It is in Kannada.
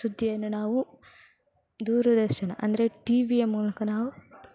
ಸುದ್ದಿಯನ್ನು ನಾವು ದೂರ ದರ್ಶನ ಅಂದರೆ ಟಿವಿಯ ಮೂಲಕ ನಾವು